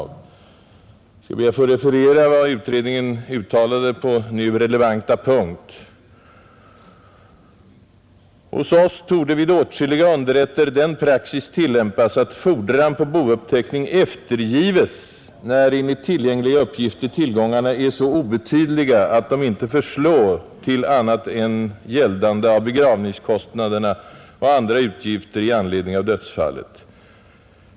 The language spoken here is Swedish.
Jag skall be att få citera något ur vad beredningen anförde på nu relevanta punkt: ”Hos oss torde också vid åtskilliga underrätter den praxis tillämpas, att fordran på bouppteckning eftergives, när enligt tillgängliga uppgifter tillgångarna äro så obetydliga, att de ej förslå till annat än gäldande av begravningskostnaderna och andra utgifter i anledning av dödsfallet.